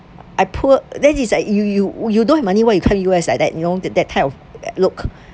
I poor then it's like you you you don't have money why you come U_S like that you know that that type of look